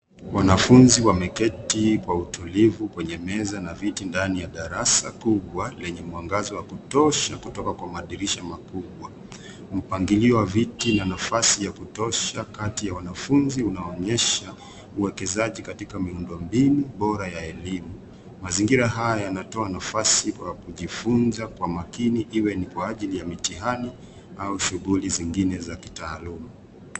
Wanafunzi wameketi kwa utulivu kwene meza na viti ndani ya darasa kubwa lenye mwangaza wa kutosha kutoka madirisha makubwa. Mpangilio wa viti na nafasi kutosha kati ya wanafunzi unaonyesha uwekezaji katika miundobinu bora ya elimu, mazingira haya yanatoa nafasi kwa kujifunza kwa makini iwe ni kwa ajili ya mitihani au shughuli nyingine ya kitaaluma.